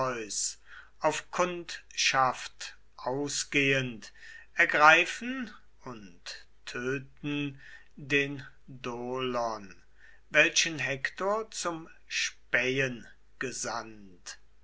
auf kundschaft ausgehend ergreifen und töte den dolon welchen hektor zum spähen gesandt